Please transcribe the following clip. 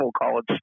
college